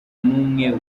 n’umwe